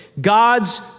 God's